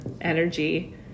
energy